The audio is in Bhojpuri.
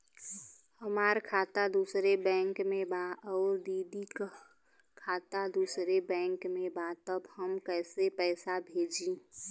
हमार खाता दूसरे बैंक में बा अउर दीदी का खाता दूसरे बैंक में बा तब हम कैसे पैसा भेजी?